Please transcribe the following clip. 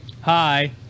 hi